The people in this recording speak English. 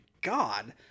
God